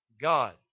God